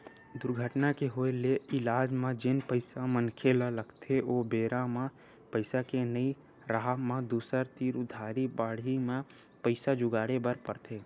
दुरघटना के होय ले इलाज म जेन पइसा मनखे ल लगथे ओ बेरा म पइसा के नइ राहब म दूसर तीर उधारी बाड़ही म पइसा जुगाड़े बर परथे